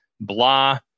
Blah